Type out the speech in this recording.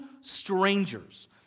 strangers